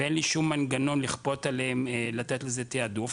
ואין לי שום מנגנון לכפות עליהם לתת לזה תיעדוף,